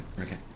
Okay